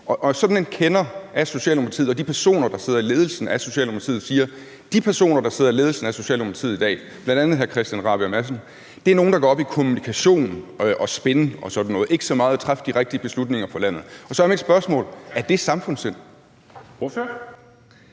Og sådan en kender af Socialdemokratiet og af de personer, der sidder i ledelsen af Socialdemokratiet, siger: De personer, der sidder i ledelsen af Socialdemokratiet i dag, bl.a. hr. Christian Rabjerg Madsen, er nogle, der går op i kommunikation og spin og sådan noget og ikke går så meget op i at træffe de rigtige beslutninger for landet. Så er mit spørgsmål: Er det samfundssind?